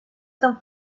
tan